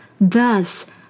thus